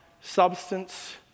substance